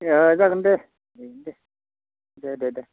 दे जागोन दे दे दे दे